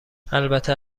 البته